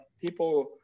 people